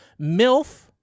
MILF